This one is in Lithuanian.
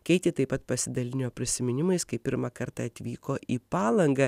keiti taip pat pasidalijo prisiminimais kaip pirmą kartą atvyko į palangą